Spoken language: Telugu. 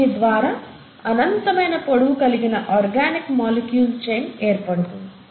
దీని ద్వారా అనంతమైన పొడవు కలిగిన ఆర్గానిక్ మాలిక్యూల్స్ చైన్ ఏర్పడుతుంది